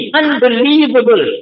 unbelievable